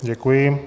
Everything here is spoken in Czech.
Děkuji.